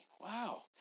wow